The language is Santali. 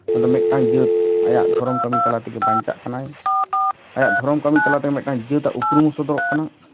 ᱟᱫᱚ ᱢᱤᱫᱴᱟᱱ ᱡᱟᱹᱛ ᱟᱭᱟᱜ ᱫᱷᱚᱨᱚᱢ ᱠᱟᱹᱢᱤ ᱛᱟᱞᱟ ᱛᱮᱜᱮ ᱵᱟᱧᱪᱟᱜ ᱠᱟᱱᱟᱭ ᱟᱭᱟᱜ ᱫᱷᱚᱨᱚᱢ ᱠᱟᱹᱢᱤ ᱛᱟᱞᱟ ᱛᱮᱜᱮ ᱢᱤᱫᱴᱟᱱ ᱡᱟᱹᱛ ᱟᱜ ᱩᱯᱨᱩᱢ ᱥᱚᱫᱚᱨᱚᱜ ᱠᱟᱱᱟ